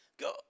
Go